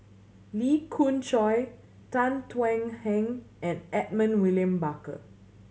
Lee Khoon Choy Tan Thuan Heng and Edmund William Barker